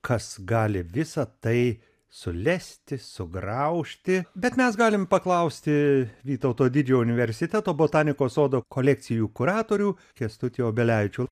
kas gali visa tai sulesti sugraužti bet mes galim paklausti vytauto didžiojo universiteto botanikos sodo kolekcijų kuratorių kęstutį obelevičių